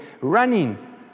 running